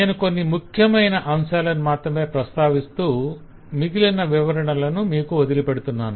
నేను కొన్ని ముఖ్యమైన అంశాలను మాత్రమే ప్రస్తావిస్తూ మిగిలిన వివరణలను మీకు వదిలి పెడుతున్నాను